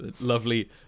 Lovely